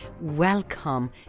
Welcome